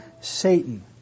Satan